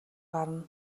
гарна